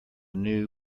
new